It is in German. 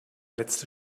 letzte